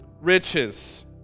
riches